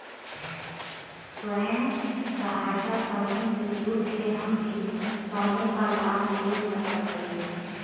स्वयं सहायता समूह से जुड़ के हम भी समूह क लाभ ले सकत हई?